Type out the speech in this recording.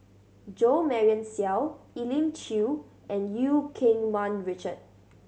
Jo Marion Seow Elim Chew and Eu Keng Mun Richard